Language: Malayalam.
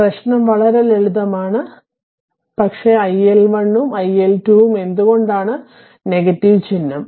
പ്രശ്നം വളരെ ലളിതമാണ് പക്ഷേ iL1 ഉം iL2 ഉം എന്തുകൊണ്ട് '' ചിഹ്നം